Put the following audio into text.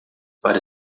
para